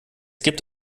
gibt